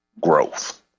growth